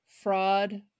fraud